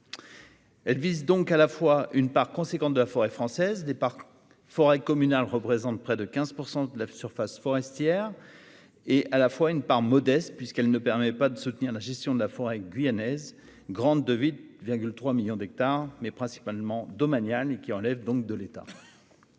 Elle concerne donc à la fois une part importante de la forêt française, les forêts communales représentant près de 15 % de la surface forestière de France métropolitaine, et une part modeste, puisqu'elle ne permet pas de soutenir la gestion de la forêt guyanaise, vaste de 8,3 millions d'hectares, mais principalement domaniale, donc relevant de l'État.